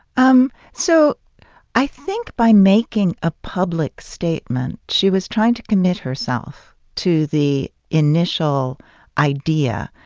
um so i think by making a public statement, she was trying to commit herself to the initial idea,